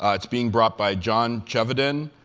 ah it's being brought by john chevedden,